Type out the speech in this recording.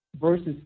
versus